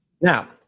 Now